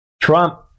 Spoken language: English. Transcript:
Trump